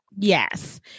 Yes